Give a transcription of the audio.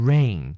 Rain